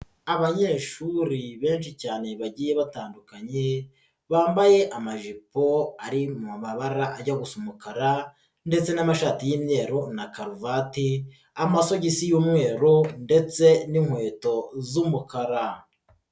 Abanyeshuri benshi cyane bagiye batandukanye bambaye amajipo ari mu mabara ajya gusa umukara ndetse n'amashati y'imyeru na karuvati, amasogisi y'umweru ndetse n'inkweto z'umukara.